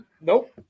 Nope